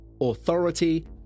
authority